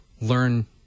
learn